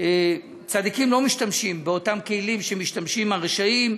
צדיקים לא משתמשים באותם כלים שמשתמשים הרשעים,